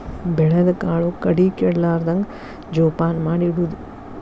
ಬೆಳದ ಕಾಳು ಕಡಿ ಕೆಡಲಾರ್ದಂಗ ಜೋಪಾನ ಮಾಡಿ ಇಡುದು